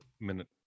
minute